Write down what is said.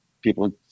People